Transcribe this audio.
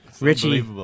Richie